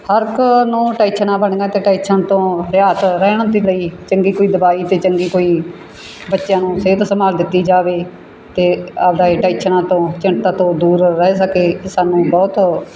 ਹਰ ਇੱਕ ਨੂੰ ਟੈਂਸ਼ਨਾਂ ਬਣੀਆ ਅਤੇ ਟੈਸ਼ਨ ਤੋਂ ਰਹਿਤ ਰਹਿਣ ਦੇ ਲਈ ਚੰਗੀ ਕੋਈ ਦਵਾਈ ਅਤੇ ਚੰਗੀ ਕੋਈ ਬੱਚਿਆਂ ਨੂੰ ਸਿਹਤ ਸੰਭਾਲ ਦਿੱਤੀ ਜਾਵੇ ਅਤੇ ਆਪਣਾ ਇਹ ਟੈਂਸ਼ਨਾਂ ਤੋਂ ਚਿੰਤਾ ਤੋਂ ਦੂਰ ਰਹਿ ਸਕੇ ਅਤੇ ਸਾਨੂੰ ਬਹੁਤ